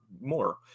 more